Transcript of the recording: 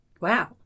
Wow